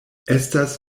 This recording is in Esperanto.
estas